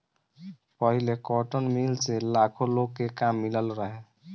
पहिले cotton mill से लाखो लोग के काम मिलल रहे